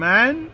Man